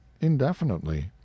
indefinitely